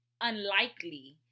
unlikely